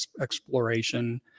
exploration